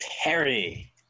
Perry